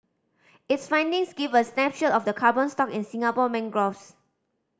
its findings give a snapshot of the carbon stock in Singapore mangroves